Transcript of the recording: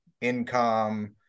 income